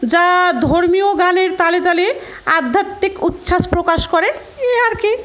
যা ধর্মীয় গানের তালে তালে আধ্যাত্মিক উচ্ছ্বাস প্রকাশ করে এ আর কি